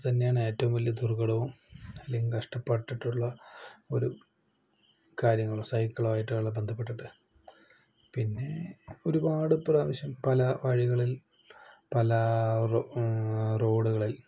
അത് തന്നെയാണ് ഏറ്റവും വലിയ ദുര്ഘടവും അല്ലെങ്കില് കഷ്ടപ്പെട്ടിട്ടുള്ള ഒരു കാര്യങ്ങളും സൈക്കിളുമായിട്ട് ഉള്ള ബന്ധപ്പെട്ടിട്ട് പിന്നേ ഒരുപാട് പ്രാവശ്യം പല വഴികളില് പല റോഡുകളില്